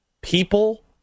People